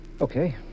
Okay